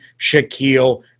Shaquille